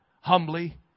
humbly